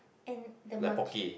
and the match~